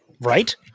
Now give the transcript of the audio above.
right